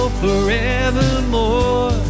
forevermore